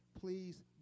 Please